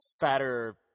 fatter